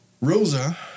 Rosa